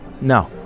No